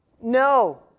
No